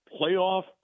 playoff